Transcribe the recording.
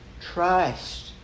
trust